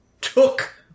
took